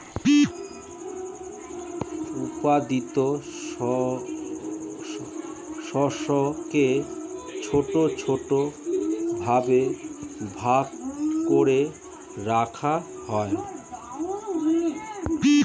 উৎপাদিত শস্যকে ছোট ছোট ভাবে ভাগ করে রাখা হয়